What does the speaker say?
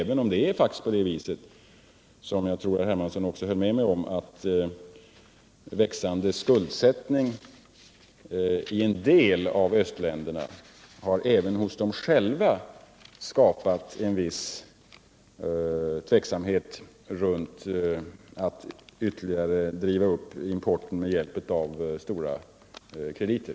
Det är ändå faktiskt på det viset — som jag tror herr Hermansson också höll med mig om — att växande skuldsättning i en del av östländerna har skapat en viss tveksamhet, även hos dem själva, inför att ytterligare driva upp importen med hjälp av stora krediter.